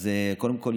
אז קודם כול,